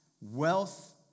Wealth